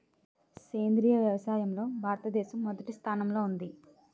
సేంద్రీయ వ్యవసాయంలో భారతదేశం మొదటి స్థానంలో ఉంది